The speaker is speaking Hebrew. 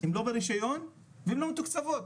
הם לא ברשיון והן לא מתוקצבות,